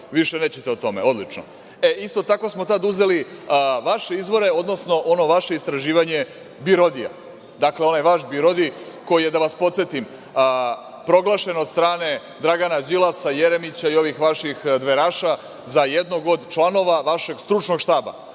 Više nećete o tome. Odlično. Isto tako smo tada uzeli vaše izvore, odnosno ono vaše istraživanje BIRODI, dakle onaj vaš BIRODI koji je, da vas podsetim, proglašen od strane Dragana Đilasa, Jeremića i ovih vaših dveraša za jednog od članova vašeg stručnog štaba,